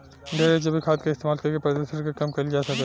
ढेरे जैविक खाद के इस्तमाल करके प्रदुषण के कम कईल जा सकेला